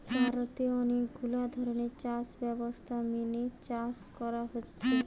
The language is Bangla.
ভারতে অনেক গুলা ধরণের চাষ ব্যবস্থা মেনে চাষ করা হতিছে